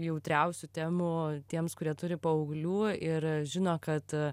jautriausių temų tiems kurie turi paauglių ir žino kad